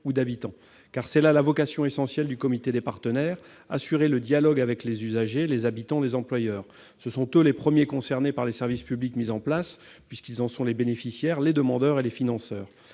d'habitants, car c'est là la vocation essentielle du comité des partenaires : organiser le dialogue avec les usagers, les habitants, les employeurs. Ce sont eux les premiers concernés par les services publics mis en place, puisqu'ils en sont les bénéficiaires, les demandeurs et les financeurs.